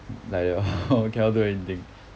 like that lor cannot do anything